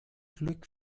glück